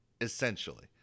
essentially